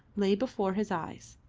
lay before his eyes.